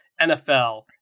NFL